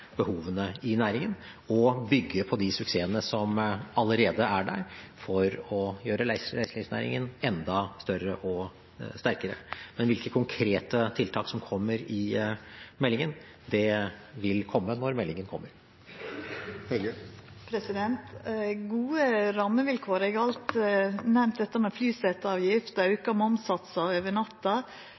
behovene i næringen og bygge på de suksessene som allerede er der, for å gjøre reiselivsnæringen enda større og sterkere. Men hvilke konkrete tiltak som kommer i meldingen, vil komme når meldingen kommer. Gode rammevilkår – eg har alt nemnt dette med flyseteavgift, auka momssatsar over natta